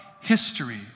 history